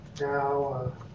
now